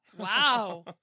Wow